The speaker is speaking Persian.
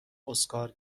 اسکار